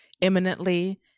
imminently